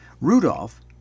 Rudolph